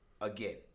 again